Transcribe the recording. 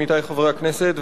עמיתי חברי הכנסת,